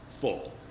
full